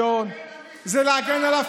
זה להגן מאי-שוויון,